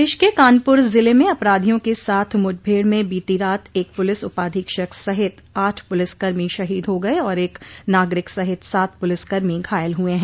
प्रदेश के कानपुर जिले में अपराधियों के साथ मुठभेड़ में बीती रात एक पुलिस उपाधीक्षक सहित आठ पुलिसकर्मी शहीद हो गये और एक नागरिक सहित सात पुलिसकर्मी घायल हुए हैं